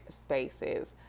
spaces